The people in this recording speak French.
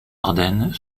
ardenne